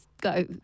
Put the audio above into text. go